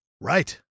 Right